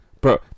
bro